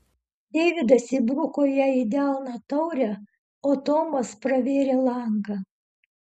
deividas įbruko jai į delną taurę o tomas pravėrė langą